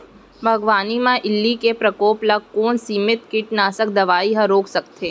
बागवानी म इल्ली के प्रकोप ल कोन सीमित कीटनाशक दवई ह रोक सकथे?